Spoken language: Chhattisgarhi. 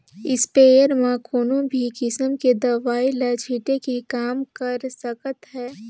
इस्पेयर म कोनो भी किसम के दवई ल छिटे के काम कर सकत हे